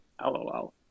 LOL